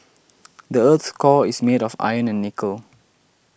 the earth's core is made of iron and nickel